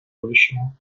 будущего